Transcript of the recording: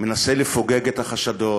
מנסה לפוגג את החשדות,